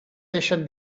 deixen